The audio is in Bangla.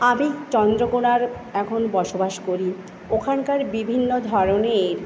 আমি চন্দ্রকোণার এখন বসবাস করি ওখানকার বিভিন্ন ধরনের